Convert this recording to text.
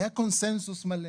היה קונצנזוס מלא